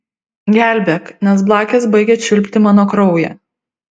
gelbėk nes blakės baigia čiulpti mano kraują